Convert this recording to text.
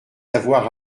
avoir